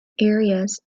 areas